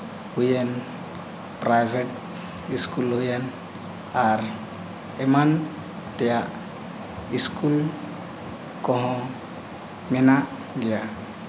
ᱦᱩᱭᱮᱱ private school ᱦᱩᱭᱮᱱ ᱟᱨ ᱮᱢᱟᱱ ᱛᱮᱭᱟᱜ ᱥᱠᱩᱞ ᱠᱚᱦᱚᱸ ᱢᱮᱱᱟᱜ ᱜᱮᱭᱟ